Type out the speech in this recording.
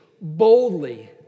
boldly